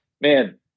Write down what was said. man